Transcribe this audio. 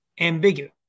ambiguous